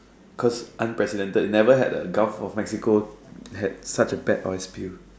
cause unprecedented it never had a Gulf of Mexico had such a bad oil spill